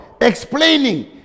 explaining